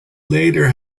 later